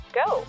go